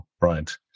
Right